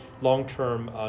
long-term